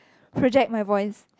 project my voice